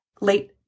late-